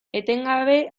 etengabe